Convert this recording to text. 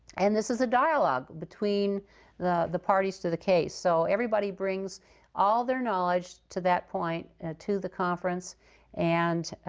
and this is a dialogue between the the parties to the case, so everybody brings all their knowledge to that point to the conference and